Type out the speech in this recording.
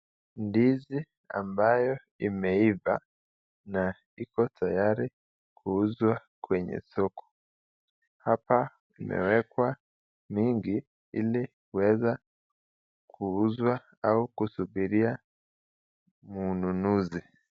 Ndizi ambayo imeiva na iko tayari kuuzwa kwenye soko. Hapa imeewekwa mingi ili kuweza kuuzwa au kusubiria mununuzi.